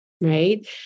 right